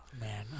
man